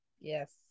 Yes